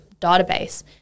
database